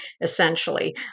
essentially